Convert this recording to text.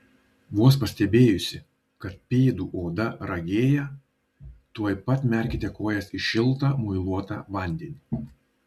vos pastebėjusi kad pėdų oda ragėja tuoj pat merkite kojas į šiltą muiluotą vandenį